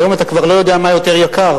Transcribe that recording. היום אתה כבר לא יודע מה יותר יקר,